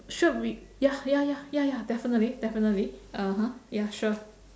sure we ya ya ya ya ya definitely definitely (uh huh) ya sure